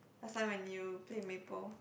last time I knew play maple